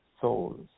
souls